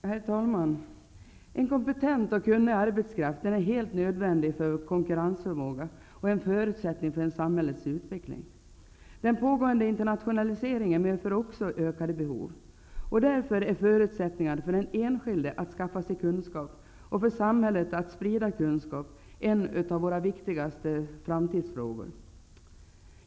Herr talman! En kompetent och kunnig arbetskraft är helt nödvändig för vår konkurrensförmåga och en förutsättning för samhällets utveckling. Den pågående internationaliseringen medför också ökade behov. Därför är förutsättningarna för den enskilde att skaffa sig kunskap och för samhället att sprida kunskap en av våra viktigaste framtidsfrågor.